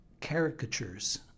caricatures